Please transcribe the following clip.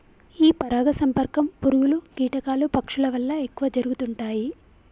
ఈ పరాగ సంపర్కం పురుగులు, కీటకాలు, పక్షుల వల్ల ఎక్కువ జరుగుతుంటాయి